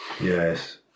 Yes